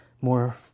more